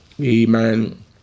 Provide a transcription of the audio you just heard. amen